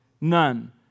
None